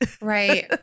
Right